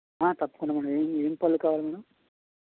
తప్పకుండా మేడం ఏ ఏం పళ్ళు కావాలి మేడం